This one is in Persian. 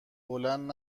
بلند